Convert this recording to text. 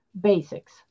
basics